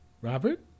Robert